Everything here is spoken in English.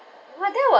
!wah! that